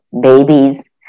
babies